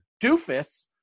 doofus